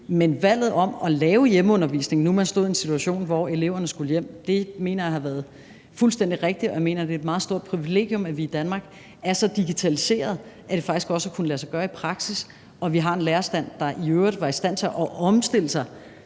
det valg at lave hjemmeundervisning, når man nu stod i en situation, hvor eleverne skulle hjem, mener jeg har været fuldstændig rigtigt, og jeg mener, at det er et meget stort privilegium, at vi i Danmark er så digitaliseret, at det faktisk også har kunnet lade sig gøre i praksis, og at vi har en lærerstand, der i øvrigt var i stand til at omstille sig